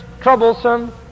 troublesome